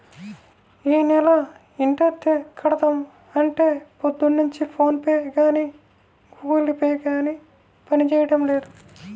యీ నెల ఇంటద్దె కడదాం అంటే పొద్దున్నుంచి ఫోన్ పే గానీ గుగుల్ పే గానీ పనిజేయడం లేదు